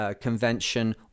convention